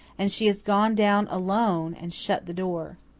and she has gone down alone and shut the door.